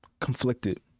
conflicted